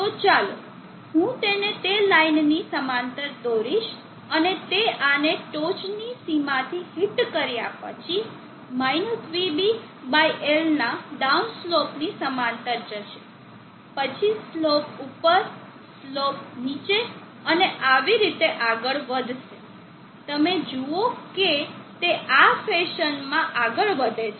તો ચાલો હું તેને તે લાઇનની સમાંતર દોરીશ અને તે આને ટોચની સીમાથી હિટ કર્યા પછી -vB બાય L ના ડાઉન સ્લોપની સમાંતર જશે પછી સ્લોપ ઉપર સ્લોપ નીચે અને આવી રીતે આગળ વધશે તમે જુઓ કે તે આ ફેશનમાં આગળ વધે છે